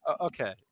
Okay